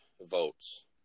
votes